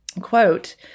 quote